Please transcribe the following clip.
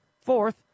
Fourth